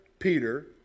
Peter